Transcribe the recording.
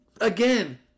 Again